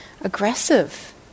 aggressive